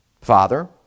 Father